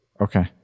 Okay